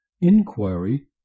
Inquiry